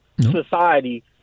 society